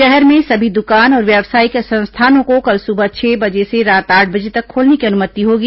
शहर में सभी दुकान और व्यावसायिक संस्थानों को कल सुबह छह बजे से रात आठ बजे तक खोलने की अनुमति होगी